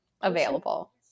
available